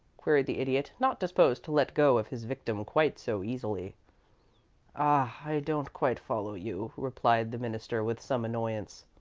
queried the idiot, not disposed to let go of his victim quite so easily. ah i don't quite follow you, replied the minister, with some annoyance.